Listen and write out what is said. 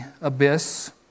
abyss